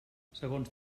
segons